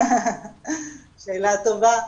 שאלה טובה.